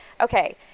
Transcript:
okay